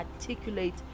articulate